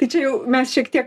tai čia jau mes šiek tiek